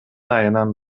айынан